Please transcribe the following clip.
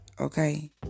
Okay